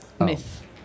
myth